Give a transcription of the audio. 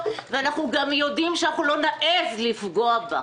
ואנחנו גם יודעים שלא נעז לפגוע בה.